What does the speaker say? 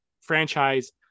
franchise